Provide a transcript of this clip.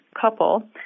couple